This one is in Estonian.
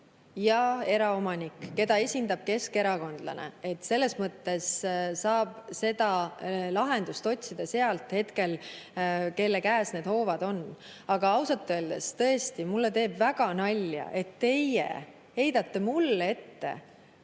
ja eraomanik, keda esindab keskerakondlane. Selles mõttes saab seda lahendust otsida sealt hetkel – kelle käes need hoovad on. Aga ausalt öeldes, tõesti, mulle teeb väga nalja, et teie heidate mulle ette